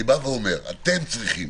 אני אומר שאתם צריכים